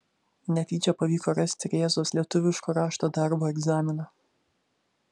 netyčia pavyko rasti rėzos lietuviško rašto darbo egzaminą